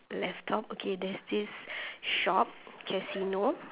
left top okay there's this shop casino